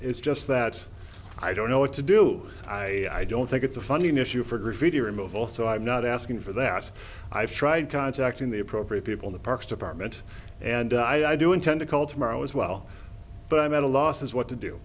is just that i don't know what to do i don't think it's a funding issue for graffiti removal so i'm not asking for that i've tried contacting the appropriate people the parks department and i do intend to call tomorrow as well but i'm at a loss as what to do